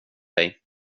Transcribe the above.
dig